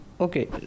Okay